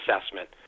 assessment